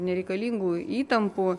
nereikalingų įtampų